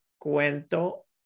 cuento